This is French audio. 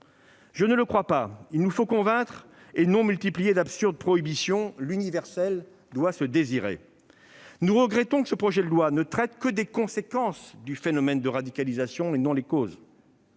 Je ne le crois pas. Il nous faut convaincre et non multiplier d'absurdes prohibitions ; l'universel doit être désiré ... Nous regrettons que ce projet de loi ne traite que les conséquences et non les causes